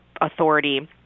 Authority